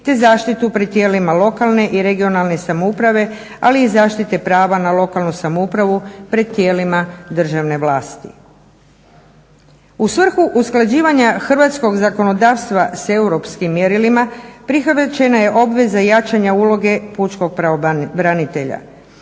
te zaštitu pred tijelima lokalne i regionalne samouprave, ali i zaštite prava na lokalnu samoupravu pred tijelima državne vlasti. U svrhu usklađivanja hrvatskog zakonodavstva s europskim mjerilima prihvaćena je obaveza jačanja uloge pučkog pravobranitelja.